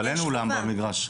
אבל אין אולם במגרש.